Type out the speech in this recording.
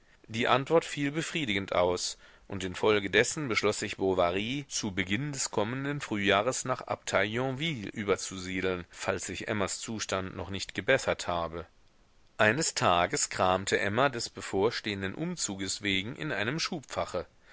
die antwort fiel befriedigend aus und infolgedessen entschloß sich bovary zu beginn des kommenden frühjahres nach abtei yonville überzusiedeln falls sich emmas zustand noch nicht gebessert habe eines tages kramte emma des bevorstehenden umzuges wegen in einem schubfache